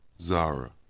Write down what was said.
Zara